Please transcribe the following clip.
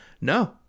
No